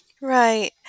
Right